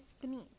Beneath